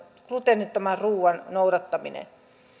gluteenittoman ruokavalion noudattaminen